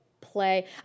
play